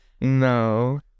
No